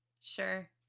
Sure